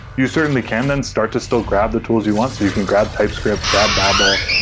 you certainly can then start to still grab the tools you want. so you can grab typescript, grab babel,